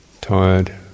tired